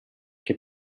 che